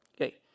Okay